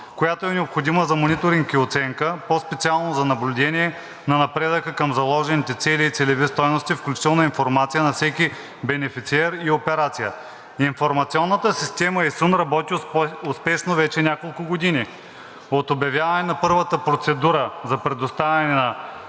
която е необходима за мониторинг и оценка, по-специално за наблюдение на напредъка към заложените цели и целеви стойности, включително информация на всеки бенефициер и операция. Информационната система ИСУН работи успешно вече няколко години. От обявяване на първата процедура за предоставяне на